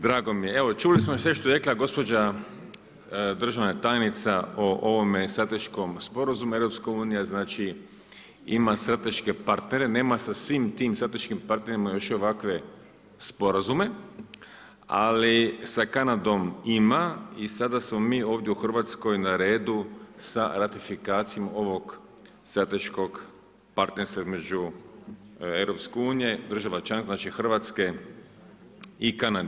Drago, mi je, evo čuli smo sve što rekla gospođa državna tajnica o ovome strateškom sporazumu EU znači, ima strateške partnere, nema sa svim tim strateškim partnerima, još ovakve sporazume, ali sa Kanadom ima i sada smo mi ovdje u Hrvatskoj na redu sa ratifikacijom ovog strateškog partnerstva između EU, država članica, Hrvatske, i Kanade.